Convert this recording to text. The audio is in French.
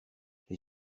les